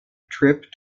trip